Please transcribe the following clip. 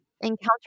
encounter